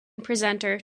presenter